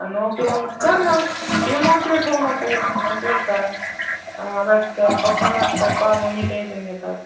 आणि ओके मग कर मग डिमोटिवेट होऊ नको मोटिवेट ट्राय अभ्यास कर पप्पाला पप्पा मम्मी टेन्शन घेतात